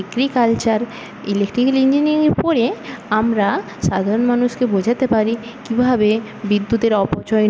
agriculture electrical engineering পড়ে আমরা সাধারণ মানুষকে বোঝাতে পারি কীভাবে বিদ্যুতের অপচয়